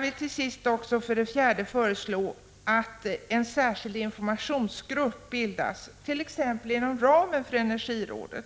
Slutligen vill jag föreslå att en särskild informationsgrupp bildas, t.ex. inom ramen för energirådet.